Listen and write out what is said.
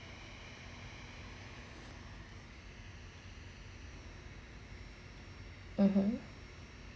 (uh huh)